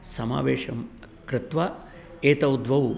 समावेषं कृत्वा एतौ द्वौ